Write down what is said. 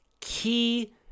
key